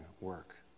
work